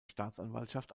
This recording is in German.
staatsanwaltschaft